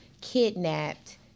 kidnapped